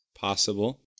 possible